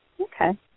Okay